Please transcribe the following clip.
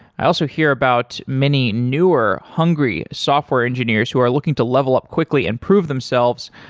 i also hear about many, newer, hungry software engineers who are looking to level up quickly and prove themselves.